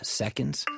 seconds